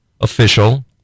official